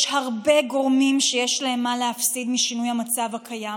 יש הרבה גורמים שיש להם מה להפסיד משינוי המצב הקיים: